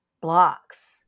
blocks